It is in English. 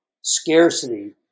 scarcity